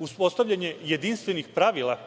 uspostavljanje jedinstvenih pravila